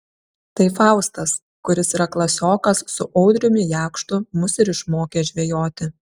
tai faustas kuris yra klasiokas su audriumi jakštu mus ir išmokė žvejoti